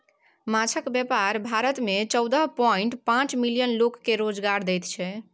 माछक बेपार भारत मे चौदह पांइट पाँच मिलियन लोक केँ रोजगार दैत छै